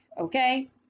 Okay